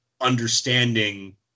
understanding